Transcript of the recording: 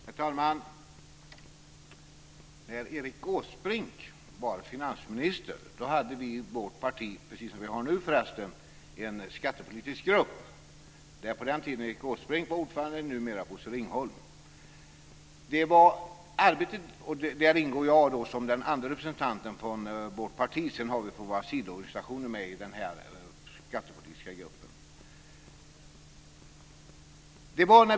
Herr talman! När Erik Åsbrink var finansminister hade vi i vårt parti, precis som nu, en skattepolitisk grupp. På den tiden var Erik Åsbrink ordförande, nu är det Bosse Ringholm. Jag ingår som den andre representanten från vårt parti. Vi har också representanter från våra sidoorganisationer med i den här skattepolitiska gruppen.